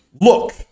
look